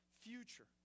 future